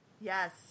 Yes